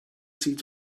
seemed